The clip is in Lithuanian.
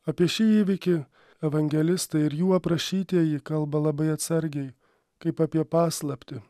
apie šį įvykį evangelistai ir jų aprašytieji kalba labai atsargiai kaip apie paslaptį